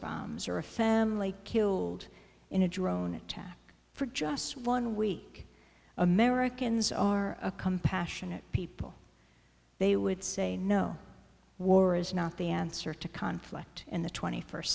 bombs or a family killed in a drone attack for just one week americans are a compassionate people they would say no war is not the answer to conflict in the twenty first